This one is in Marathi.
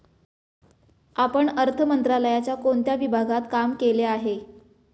आपण अर्थ मंत्रालयाच्या कोणत्या विभागात काम केले आहे?